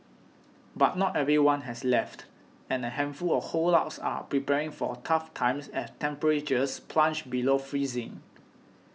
but not everyone has left and a handful of holdouts are preparing for tough times as temperatures plunge below freezing